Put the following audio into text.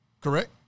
Correct